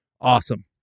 awesome